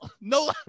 No